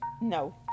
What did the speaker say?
No